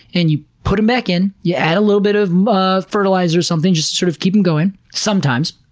and you put them back in. you add a little bit of of fertilizer or something, just to sort of keep them going, sometimes,